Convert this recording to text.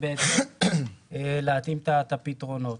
ובהתאם להתאים את הפתרונות.